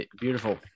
Beautiful